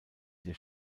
der